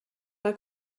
pas